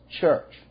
church